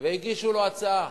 והגישו לו הצעה